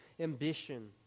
ambition